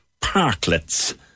parklets